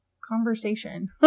conversation